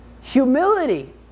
Humility